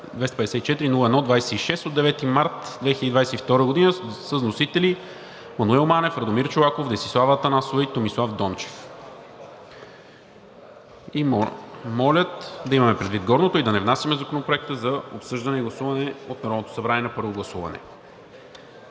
47-254-01-26 от 9 март 2022 г., с вносители Маноил Манев, Радомир Чолаков, Десислава Атанасова и Томислав Дончев и молят да имаме предвид горното и да не внасяме Законопроекта за обсъждане и гласуване от Народното събрание на първо гласуване.